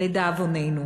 לדאבוננו.